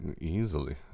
Easily